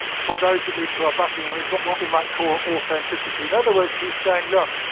for those at least who are backing him, is what what we might call authenticity. in other words he is saying, look,